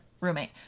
roommate